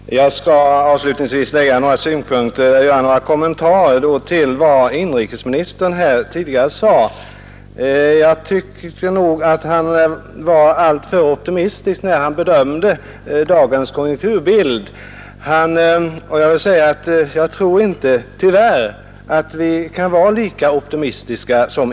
Herr talman! Jag skall avslutningsvis anlägga några synpunkter och göra ett par kommentarer till vad inrikesministern sade tidigare. Jag tyckte att inrikesministern var alltför optimistisk, när han bedömde dagens konjunkturbild. Jag tror tyvärr inte att vi kan vara lika optimistiska.